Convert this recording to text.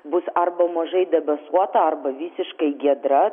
bus arba mažai debesuota arba visiškai giedra